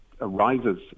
arises